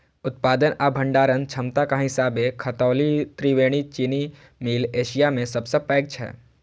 उत्पादन आ भंडारण क्षमताक हिसाबें खतौली त्रिवेणी चीनी मिल एशिया मे सबसं पैघ छै